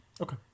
Okay